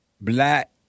black